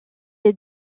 est